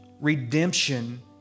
Redemption